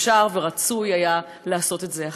אפשר ורצוי היה לעשות את זה אחרת.